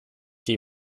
die